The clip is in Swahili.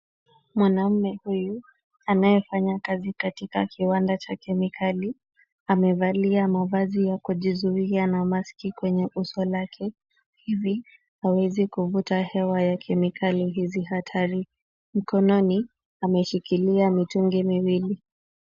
Mwanamme huyu anayefanya kazi katika kiwanda cha kemikali, amevalia mavazi ya kujizuia na maski kwenye uso lake, hivi hawezi kuvuta hewa ya kemikali hizi hatari. Mkononi ameshikilia mitungi miwili.